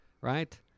right